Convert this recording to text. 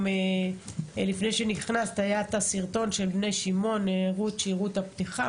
לפני שנכנסת היה את הסרטון של בני שמעון שהראו את הפתיחה.